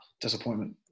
disappointment